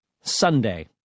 Sunday